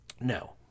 no